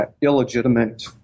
illegitimate